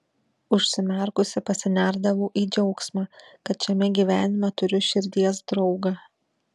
užsimerkusi pasinerdavau į džiaugsmą kad šiame gyvenime turiu širdies draugą